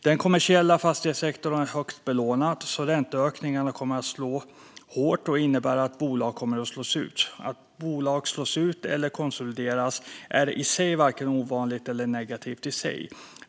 Den kommersiella fastighetssektorn är högt belånad, så ränteökningarna kommer att slå hårt och innebära att bolag slås ut. Att bolag slås ut eller konsolideras är i sig varken ovanligt eller negativt.